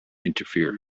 interfere